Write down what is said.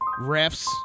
refs